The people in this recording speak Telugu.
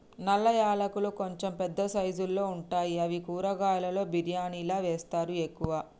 నల్ల యాలకులు కొంచెం పెద్ద సైజుల్లో ఉంటాయి అవి కూరలలో బిర్యానిలా వేస్తరు ఎక్కువ